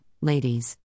ladies